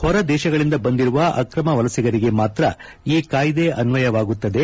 ಹೊರ ದೇಶಗಳಿಂದ ಬಂದಿರುವ ಆಕ್ರಮ ವಲಸಿಗರಿಗೆ ಮಾತ್ರ ಈ ಕಾಯ್ದೆ ಅನ್ನಯವಾಗುತ್ತದೆ